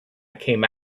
came